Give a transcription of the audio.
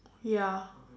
ya